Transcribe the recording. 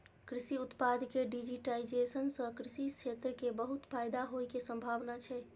कृषि उत्पाद के डिजिटाइजेशन सं कृषि क्षेत्र कें बहुत फायदा होइ के संभावना छै